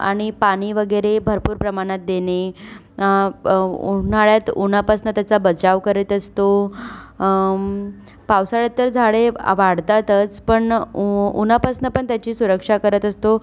आणि पाणी वगैरे भरपूर प्रमाणात देणे उन्हाळ्यात उन्हापासनं त्याचा बचाव करत असतो पावसाळ्यात तर झाडे वाढतातच पण उन्हापासनं पण त्याची सुरक्षा करत असतो